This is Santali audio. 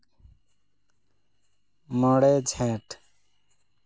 ᱢᱚᱬᱮ ᱡᱷᱮᱸᱴ